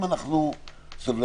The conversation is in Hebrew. תראי, בינתיים אנחנו סבלניים.